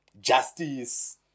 justice